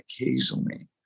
occasionally